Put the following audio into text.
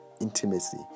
intimacy